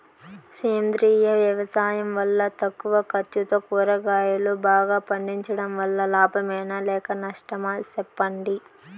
సేంద్రియ వ్యవసాయం వల్ల తక్కువ ఖర్చుతో కూరగాయలు బాగా పండించడం వల్ల లాభమేనా లేక నష్టమా సెప్పండి